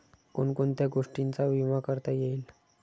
कोण कोणत्या गोष्टींचा विमा करता येईल?